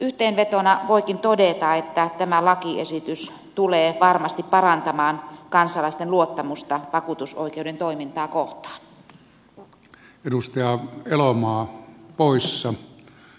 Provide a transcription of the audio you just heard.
yhteenvetona voikin todeta että tämä lakiesitys tulee varmasti parantamaan kansalaisten luottamusta vakuutusoikeuden toimintaa kohtaan